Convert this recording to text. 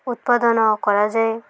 ଉତ୍ପାଦନ କରାଯାଏ